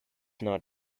not